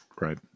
Right